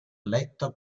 letto